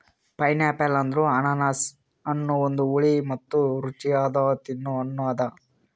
pineapple ಅಂದುರ್ ಅನಾನಸ್ ಹಣ್ಣ ಒಂದು ಹುಳಿ ಮತ್ತ ರುಚಿಯಾದ ತಿನ್ನೊ ಹಣ್ಣ ಅದಾ